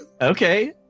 Okay